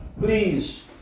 Please